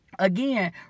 Again